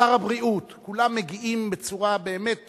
שר הבריאות, כולם מגיעים בצורה באמת